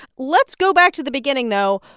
let's go back to the beginning, though.